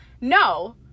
no